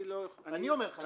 אני אומר לך.